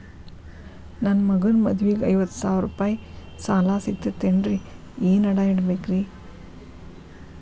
ನನ್ನ ಮಗನ ಮದುವಿಗೆ ಐವತ್ತು ಸಾವಿರ ರೂಪಾಯಿ ಸಾಲ ಸಿಗತೈತೇನ್ರೇ ಏನ್ ಅಡ ಇಡಬೇಕ್ರಿ?